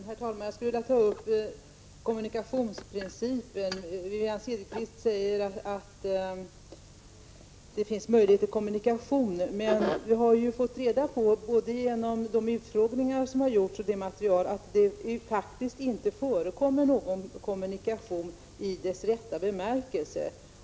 Herr talman! Jag skulle vilja ta upp kommunikationsprincipen. Wivi-Anne Cederqvist säger att det finns möjlighet till kommunikation. Men vi har ju fått reda på — genom de utfrågningar som har skett och genom annat tillgängligt material —att det faktiskt inte förekommer någon kommunikation i dess rätta bemärkelse.